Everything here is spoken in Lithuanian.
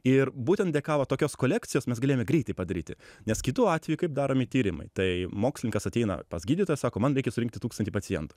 ir būtent dėka va tokios kolekcijos mes galėjome greitai padaryti nes kitu atveju kaip daromi tyrimai tai mokslininkas ateina pas gydytoją sako man reikia surinkti tūkstantį pacientų